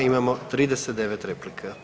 Imamo 39 replika.